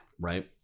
Right